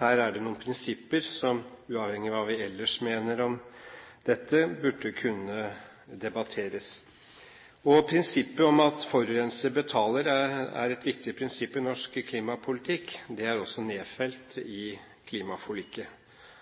Her er det noen prinsipper, som uavhengig av hva vi ellers mener om dette, burde kunne debatteres. Prinsippet om at forurenser betaler, er et viktig prinsipp i norsk klimapolitikk. Det er også nedfelt i klimaforliket.